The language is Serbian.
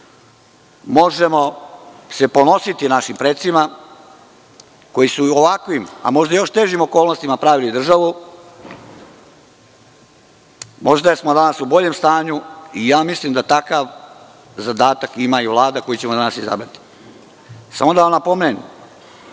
Možemo se ponositi našim precima koji su u ovakvim, a možda i težim okolnostima pravili državu. Možda smo danas u boljem stanju i mislim da takav zadatak ima Vlada koju ćemo danas izabrati. Samo da vam napomenem.